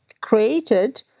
created